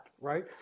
right